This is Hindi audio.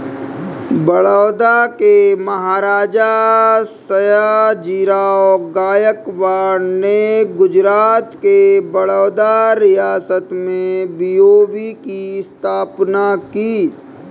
बड़ौदा के महाराजा, सयाजीराव गायकवाड़ ने गुजरात के बड़ौदा रियासत में बी.ओ.बी की स्थापना की